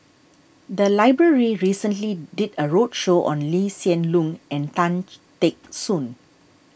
the library recently did a roadshow on Lee Hsien Loong and Tan Teck Soon